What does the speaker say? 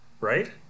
right